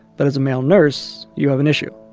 but as a male nurse, you have an issue.